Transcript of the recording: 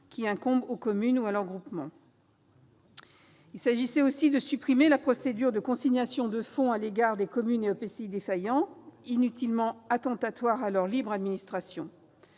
incombant aux communes et à leurs groupements. Il s'agissait, en outre, de supprimer la procédure de consignation de fonds à l'égard des communes et EPCI défaillants, inutilement attentatoire à leur libre administration.